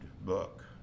book